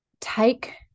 take